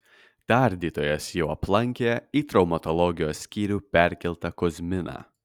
tardytojas jau aplankė į traumatologijos skyrių perkeltą kozminą